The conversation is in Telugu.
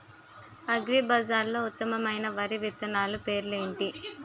అగ్రిబజార్లో ఉత్తమమైన వరి విత్తనాలు పేర్లు ఏంటి?